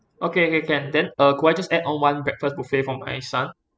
okay okay can then uh could I just add on one breakfast buffet for my son